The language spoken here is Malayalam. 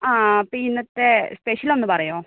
ആ അപ്പം ഇന്നത്തെ സ്പെഷ്യൽ ഒന്ന് പറയുവോ